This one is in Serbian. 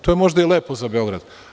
To je možda i lepo za Beograd.